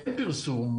אין פרסום